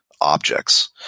objects